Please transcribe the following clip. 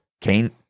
Cain